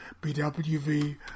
BWV